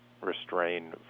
restrain